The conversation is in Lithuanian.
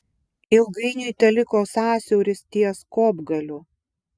ilgainiui teliko sąsiauris ties kopgaliu